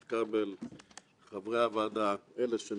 לא הייתי צריך את הדוח הזה ואת הוועדה הזאת בשביל להגיד את זה.